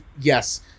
yes